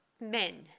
men